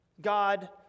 God